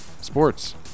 Sports